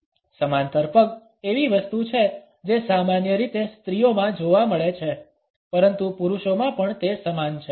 સમાંતર પગ એવી વસ્તુ છે જે સામાન્ય રીતે સ્ત્રીઓમાં જોવા મળે છે પરંતુ પુરુષોમાં પણ તે સમાન છે